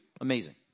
Amazing